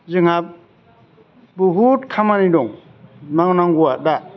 जोंहा बहुद खामानि दं मावनांगौआ दा